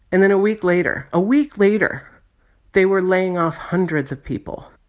and then a week later a week later they were laying off hundreds of people.